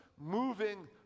moving